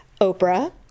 Oprah